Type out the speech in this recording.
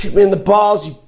in the ball z